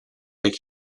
big